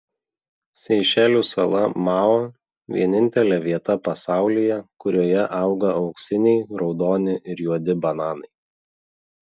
seišelių sala mao vienintelė vieta pasaulyje kurioje auga auksiniai raudoni ir juodi bananai